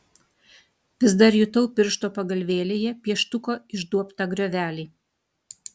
vis dar jutau piršto pagalvėlėje pieštuko išduobtą griovelį